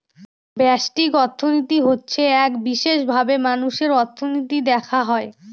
ব্যষ্টিক অর্থনীতি হচ্ছে এক বিশেষভাবে মানুষের অর্থনীতি দেখা হয়